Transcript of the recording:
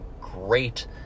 great